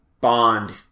Bond